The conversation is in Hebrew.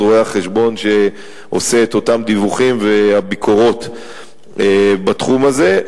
רואי-החשבון שעושה את אותם דיווחים וביקורות בתחום הזה.